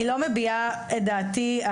אני לא מביעה את דעתי,